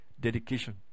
dedication